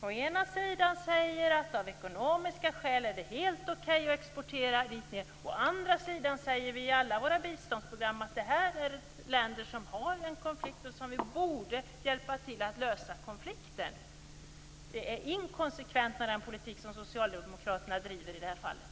Å ena sidan säger man att av ekonomiska skäl är det helt okej att exportera dit, å andra sidan säger man i alla svenska biståndsprogram att detta är länder som har en konflikt som Sverige borde hjälpa till att lösa. Den socialdemokratiska politiken är inkonsekvent i det här fallet.